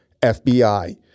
FBI